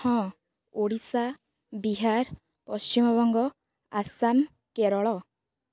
ହଁ ଓଡ଼ିଶା ବିହାର ପଶ୍ଚିମବଙ୍ଗ ଆସାମ କେରଳ